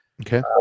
okay